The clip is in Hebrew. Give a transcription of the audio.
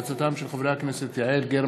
בעקבות דיון מהיר בהצעתם של חברי הכנסת יעל גרמן,